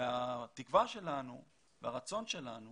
התקווה שלנו והרצון שלנו